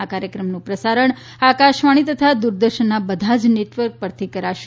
આ કાર્યક્રમનું પ્રસારણ આકાશવાણી તથા દૂરદર્શનના બધા જ નેટવર્ક પરથી કરશે